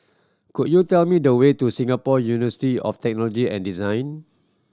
could you tell me the way to Singapore University of Technology and Design